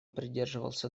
придерживался